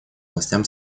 властям